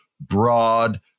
broad